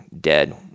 dead